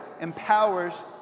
empowers